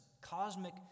cosmic